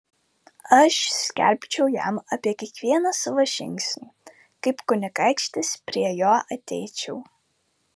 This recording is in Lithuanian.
aš skelbčiau jam apie kiekvieną savo žingsnį kaip kunigaikštis prie jo ateičiau